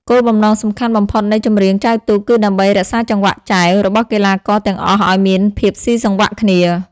គោលបំណងសំខាន់បំផុតនៃចម្រៀងចែវទូកគឺដើម្បី រក្សាចង្វាក់ចែវ របស់កីឡាករទាំងអស់ឲ្យមានភាពស៊ីសង្វាក់គ្នា។